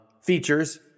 features